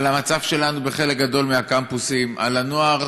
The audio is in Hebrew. המצב שלנו בחלק גדול מהקמפוסים, הנוער,